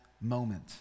moment